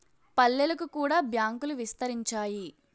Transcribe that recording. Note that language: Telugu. పల్లెలకు కూడా బ్యాంకులు విస్తరించాయి